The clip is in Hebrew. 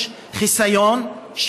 יש חיסיון,